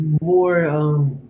more